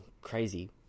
crazy